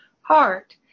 heart